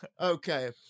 Okay